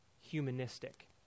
humanistic